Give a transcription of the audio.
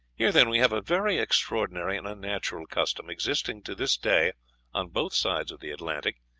here, then, we have a very extraordinary and unnatural custom, existing to this day on both sides of the atlantic,